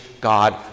God